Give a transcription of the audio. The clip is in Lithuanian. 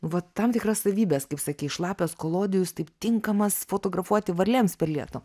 vat tam tikras savybes kaip sakei šlapias kolodijus taip tinkamas fotografuoti varlėms per lietų